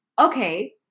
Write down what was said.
Okay